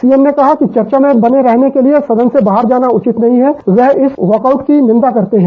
CM ने कहा कि चर्चा में रहने के लिए सदन से बाहर जाना उचित नहीं है वह इस वाकआउट की निंदा करते हैं